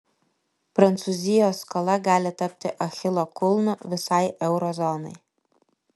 prancūzijos skola gali tapti achilo kulnu visai euro zonai